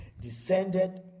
descended